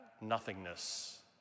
nothingness